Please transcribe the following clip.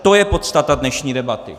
To je podstata dnešní debaty.